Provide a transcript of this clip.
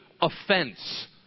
offense